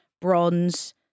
Bronze